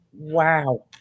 Wow